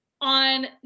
on